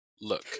Look